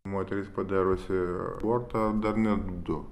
moteris padariusi abortą ar net du